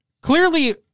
clearly